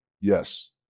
Yes